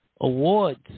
Awards